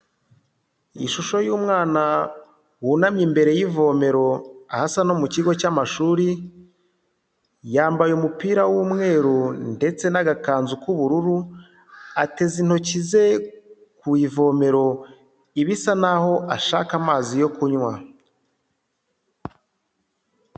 Ishusho y'umwana wunamye imbere y'ivomero ahasa no mu kigo cy'amashuri, yambaye umupira w'umweru ndetse n'agakanzu k'ubururu, ateza intoki ze ku ivomero ibisa naho ashaka amazi yo kunywa.